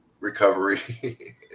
recovery